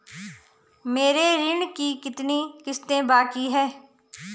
मेरे ऋण की कितनी किश्तें बाकी हैं?